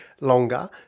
longer